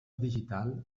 digital